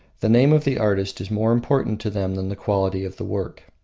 the name of the artist is more important to them than the quality of the work.